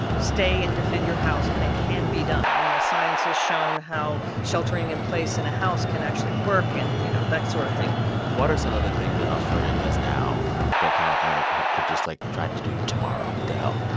stay and defend your house. and it can be done. and the science has shown how sheltering in place in a house can actually work and, you know, that sort of thing what are some of the things that australia does now that california could just, like, try to do tomorrow to help?